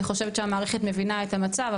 אני חושבת שהמערכת מבינה את המצב.